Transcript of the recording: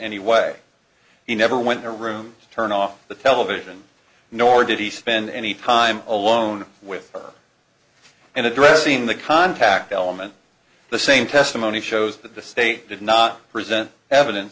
any way he never went to room to turn off the television nor did he spend any time alone with her and addressing the contact element the same testimony shows that the state did not present evidence